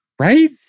right